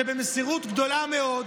שבמסירות גדולה מאוד,